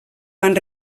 van